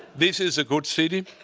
this is a good city.